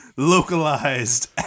localized